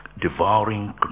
devouring